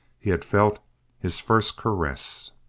he had felt his first caress.